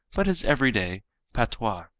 but his everyday patois.